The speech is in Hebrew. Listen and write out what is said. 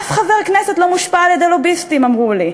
אף חבר כנסת לא מושפע על-ידי לוביסטים, אמרו לי,